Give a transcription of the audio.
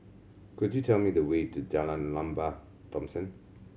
could you tell me the way to Jalan Lembah Thomson